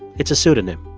it's a pseudonym.